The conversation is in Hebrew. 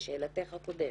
לשאלתך הקודמת.